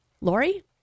Lori